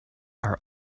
are